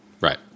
Right